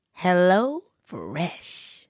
HelloFresh